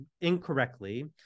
incorrectly